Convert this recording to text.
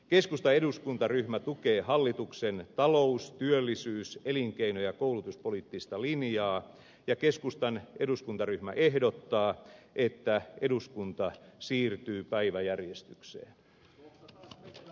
keskustan eduskuntaryhmä tukee hallituksen talous työllisyys elinkeino ja koulutuspoliittista linjaa ja keskustan eduskuntaryhmä ehdottaa että eduskunta siirtyy päiväjärjestykseen